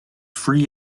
free